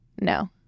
No